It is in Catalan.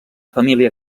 família